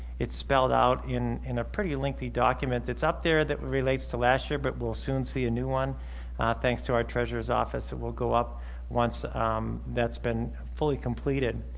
it's spelled out in in a pretty lengthy document that's up there that relates to last year, but we'll soon see a new one thanks to our treasurer's office. it will go up once that's been fully completed,